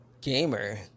Gamer